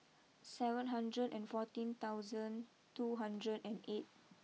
seven hundred and fourteen thousand two hundred and eight